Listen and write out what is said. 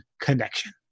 connection